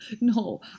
No